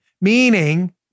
meaning